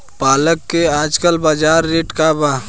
पालक के आजकल बजार रेट का बा?